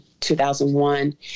2001